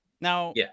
now